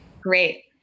Great